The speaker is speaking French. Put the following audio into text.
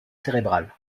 cérébral